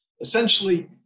essentially